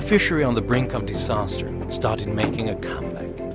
fishery on the brink of disaster started making a comeback.